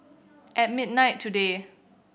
at midnight today